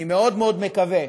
אני מאוד מאוד מקווה,